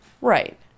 right